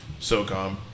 SOCOM